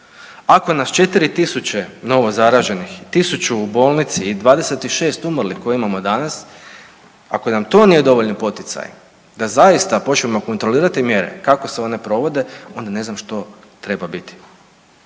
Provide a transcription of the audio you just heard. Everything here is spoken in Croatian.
Ako nas 4000 novo zaraženih, 1000 u bolnici i 26 umrlih koje imamo danas, ako nam to nije dovoljan poticaj da zaista počnemo kontrolirati mjere kako se one provode onda ne znam što treba biti